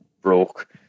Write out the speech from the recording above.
broke